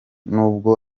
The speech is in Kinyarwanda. nubwo